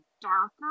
darker